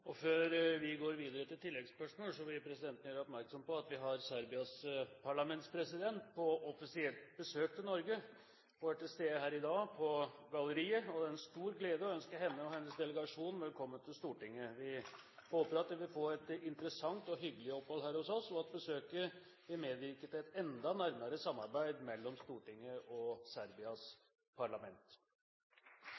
Før vi går videre til oppfølgingsspørsmål, vil presidenten gjøre oppmerksom på at vi har Serbias parlamentspresident på offisielt besøk i Norge. Hun er til stede her i dag, på galleriet, og det er en stor glede å ønske henne og hennes delegasjon velkommen til Stortinget. Vi håper at de vil få et interessant og hyggelig opphold her hos oss, og at besøket vil medvirke til et enda nærmere samarbeid mellom Stortinget og Serbias